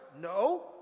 No